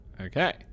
okay